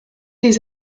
des